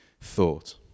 thought